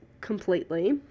completely